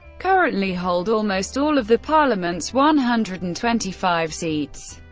currently hold almost all of the parliament's one hundred and twenty five seats.